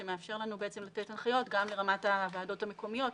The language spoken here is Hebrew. שמאפשר לנו לתת הנחיות גם לרמת הוועדות המקומיות,